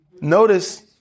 Notice